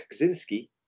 Kaczynski